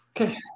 Okay